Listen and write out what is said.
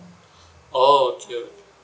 oh okay okay